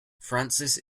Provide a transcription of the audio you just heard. francis